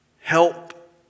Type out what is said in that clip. Help